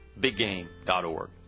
BigGame.org